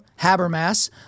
Habermas